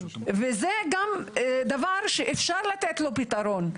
וזה דבר שאפשר לתת לו פתרון.